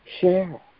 share